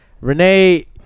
Renee